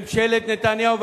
ממשלת נתניהו,